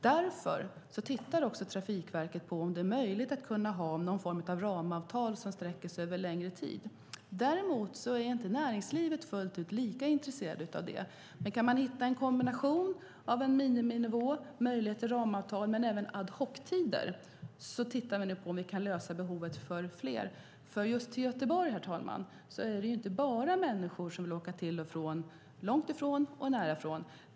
Därför tittar Trafikverket på om det är möjligt att ha någon form av ramavtal som sträcker sig över längre tid. Däremot är inte näringslivet lika intresserat av det. Men man kanske kan hitta en kombination av en miniminivå, en möjlighet till ramavtal och även ad hoc-tider. Vi tittar nu på om vi kan lösa behovet för fler. Just till och från Göteborg, herr talman, är det ju inte bara människor som vill åka, som kommer långt ifrån och från nära håll.